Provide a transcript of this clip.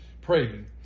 praying